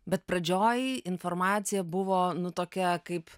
bet pradžioj informacija buvo nu tuokia kaip